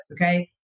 okay